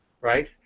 right